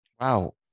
Wow